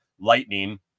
lightning